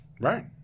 Right